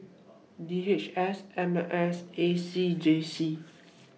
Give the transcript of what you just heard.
D H S M S A C J C